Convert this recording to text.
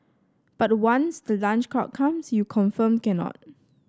but once the lunch crowd comes you confirmed cannot